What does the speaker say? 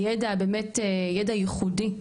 הידע הייחודי,